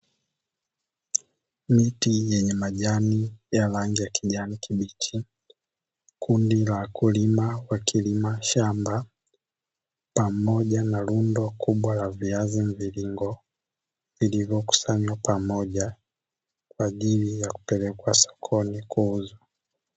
Miti yenye majani ya rangi ya kijani kibichi, kundi la wakulima wakilima shamba pamoja na rundo kubwa la viazi mviringo vilivyokusanywa pamoja kwa ajili ya kupelekwa sokoni kuuzwa.